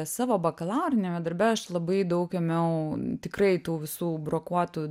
savo bakalauriniame darbe aš labai daug ėmiau tikrai tų visų brokuotų